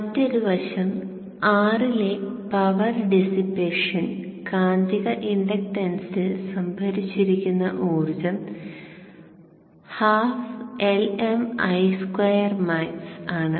മറ്റൊരു വശം R ലെ പവർ ഡിസ്പേഷൻ കാന്തിക ഇൻഡക്ടൻസിൽ സംഭരിച്ചിരിക്കുന്ന ഊർജ്ജം 12 Lm I2max ആണ്